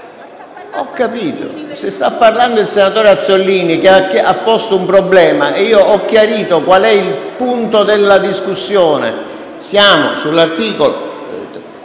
Ho capito, ma sta parlando il senatore Azzollini, che ha posto un problema e io ho chiarito il punto della discussione. Siamo sull'emendamento